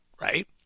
right